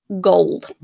gold